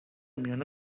میان